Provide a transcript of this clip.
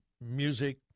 music